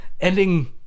ending